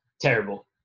Terrible